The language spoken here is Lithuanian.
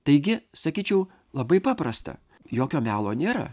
taigi sakyčiau labai paprasta jokio melo nėra